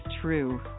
true